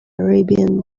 arabian